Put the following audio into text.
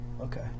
Okay